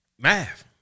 Math